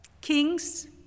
kings